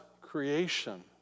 creation